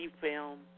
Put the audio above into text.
film